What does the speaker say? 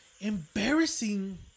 embarrassing